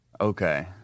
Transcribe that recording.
Okay